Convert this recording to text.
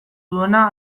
duena